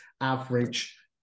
average